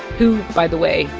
who, by the way,